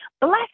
bless